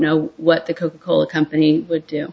know what the coca cola company would do